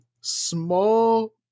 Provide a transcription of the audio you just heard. small